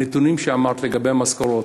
הנתונים שאמרת לגבי המשכורות,